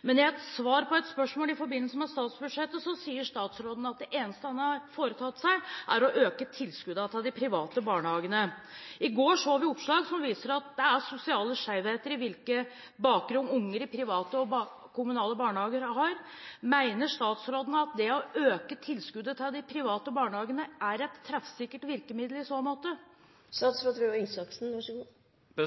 Men i et svar på et spørsmål i forbindelse med statsbudsjettet sier statsråden at det eneste han har foretatt seg, er å øke tilskuddene til de private barnehagene. I går så vi oppslag som viser at det er sosiale skjevheter når det gjelder hvilken bakgrunn unger i private og kommunale barnehager har. Mener statsråden at det å øke tilskuddet til de private barnehagene er et treffsikkert virkemiddel i så måte? Det